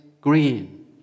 green